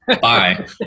Bye